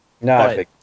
No